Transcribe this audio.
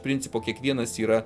principo kiekvienas yra